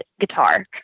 guitar